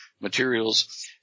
materials